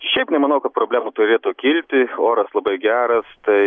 šiaip nemanau kad problemų turėtų kilti oras labai geras tai